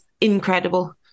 incredible